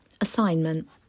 Assignment